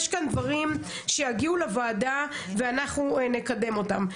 יש כאן דברים שיגיעו לוועדה ואנחנו נקדם אותם.